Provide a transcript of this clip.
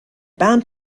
bound